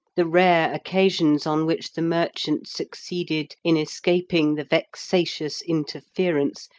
the rare occasions on which the merchant succeeded in escaping the vexatious interference,